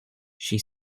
she